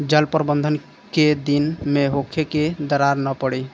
जल प्रबंधन केय दिन में होखे कि दरार न पड़ी?